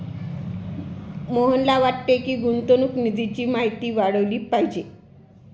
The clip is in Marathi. मोहनला वाटते की, गुंतवणूक निधीची माहिती वाढवली पाहिजे